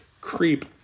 creep